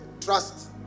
trust